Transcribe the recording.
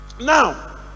Now